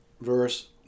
verse